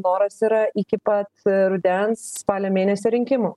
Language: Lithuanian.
noras yra iki pat rudens spalio mėnesio rinkimų